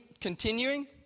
continuing